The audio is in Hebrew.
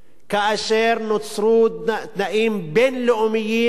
כאשר נוצרו תנאים בין-לאומיים,